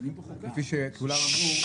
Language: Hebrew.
כפי שכולם אמרו,